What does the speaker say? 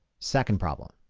second problem,